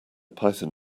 python